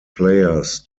players